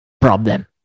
problem